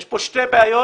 יש כאן שתי בעיות